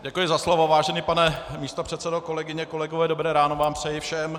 Děkuji za slovo, vážený pane místopředsedo, kolegyně, kolegové, dobré ráno vám přeji všem.